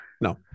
No